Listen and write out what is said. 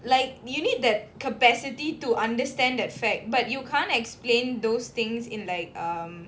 like you need that capacity to understand that fact but you can't explain those things in like um